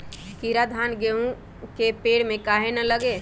कीरा धान, गेहूं के पेड़ में काहे न लगे?